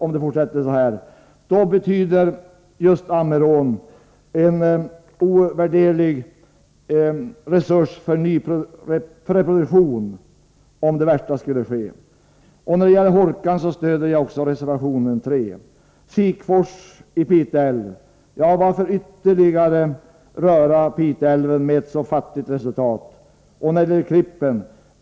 Om det värsta skulle ske, är Ammerån en ovärderlig resurs när det gäller reproduktion. I fråga om Hårkan stöder jag reservation 3. Sikfors i Piteälven. Varför röra Piteälven mer, då resultatet blir så obetydligt? Beträffande Klippen.